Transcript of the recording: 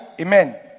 Amen